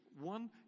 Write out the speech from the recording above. One